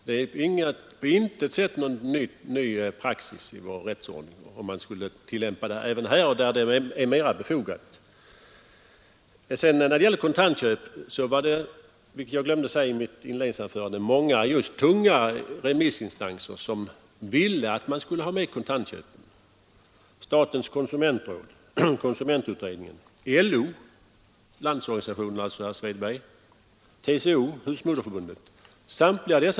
Det skulle alltså inte innebära någon ny praxis att man införde den bestämmelsen även i hem försäljningslagen, där den dessutom skulle vara ändå mer befogad än när det gäller den allmänna köplagen. Jag glömde att säga i mitt inledningsanförande att många tunga remissinstanser ville att hemförsäljningslagen skulle gälla även kontantköpen: statens konsumentråd, konsumentutredningen, LO — Landsorganisationen alltså, herr Svedberg — TCO och Husmodersförbundet.